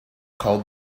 code